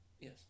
Yes